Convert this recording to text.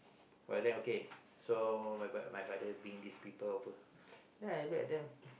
oh then okay so my father my father bring these people over then I look at them